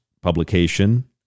publication